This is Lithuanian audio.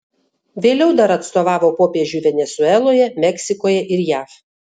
vėliau dar atstovavo popiežiui venesueloje meksikoje ir jav